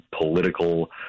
political